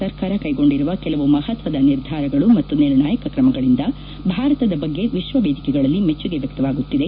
ಸರ್ಕಾರ ಕೈಗೊಂಡಿರುವ ಕೆಲವು ಮಹತ್ವದ ನಿರ್ಧಾರಗಳು ಮತ್ತು ನಿರ್ಣಾಯಕ ಕ್ರಮಗಳಿಂದ ಭಾರತದ ಬಗ್ಗೆ ವಿಶ್ವ ವೇದಿಕೆಗಳಲ್ಲಿ ಮೆಚ್ಚುಗೆ ವ್ಯಕ್ತವಾಗುತ್ತಿದೆ